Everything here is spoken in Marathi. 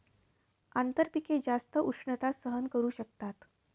आंतरपिके जास्त उष्णता सहन करू शकतात